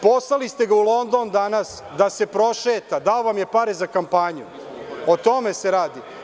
Poslali ste ga u London danas da se prošeta, dao vam je pare za kampanju, o tome se radi.